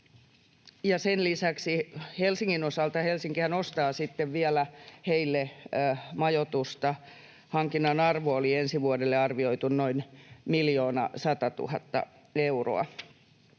sen lisäksi Helsingin osalta, kun Helsinkihän ostaa heille sitten vielä majoitusta, sen hankinnan arvoksi oli ensi vuodelle arvioitu noin 1 100 000 euroa,